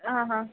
ಆಂ ಹಾಂ